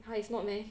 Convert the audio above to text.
!huh! is not meh